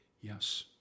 Yes